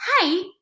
hey